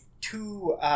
two